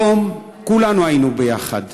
היום כולנו היינו ביחד.